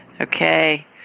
Okay